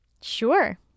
Sure